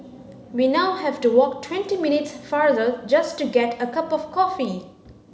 we now have to walk twenty minutes farther just to get a cup of coffee